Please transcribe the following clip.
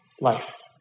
life